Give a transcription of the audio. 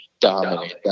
dominate